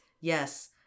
yes